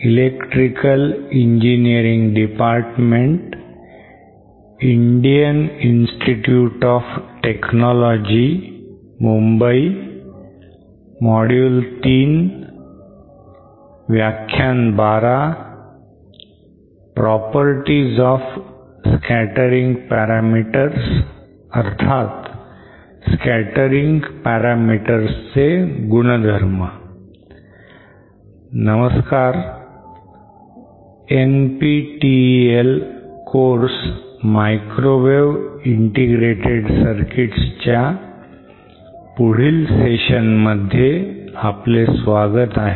NPTEL course 'Microwave integrated circuits' च्या पुढच्या session मध्ये आपलं स्वागत आहे